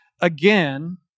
again